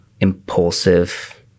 impulsive